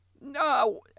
no